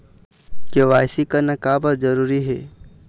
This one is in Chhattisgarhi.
के.वाई.सी करना का बर जरूरी हे?